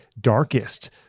darkest